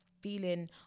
feeling